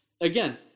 again